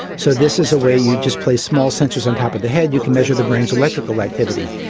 so this is a way, you just place small sensors on top of the head, you can measure the brain's electrical activity.